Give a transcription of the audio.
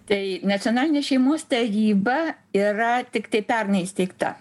tai nacionalinė šeimos taryba yra tiktai pernai įsteigta